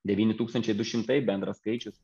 devyni tūkstančiai du šimtai bendras skaičius